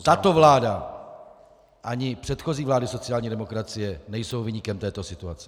Tato vláda ani předchozí vlády sociální demokracie nejsou viníkem této situace.